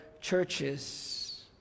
churches